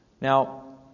Now